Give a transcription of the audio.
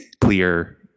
clear